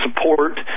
Support